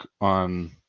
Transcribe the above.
on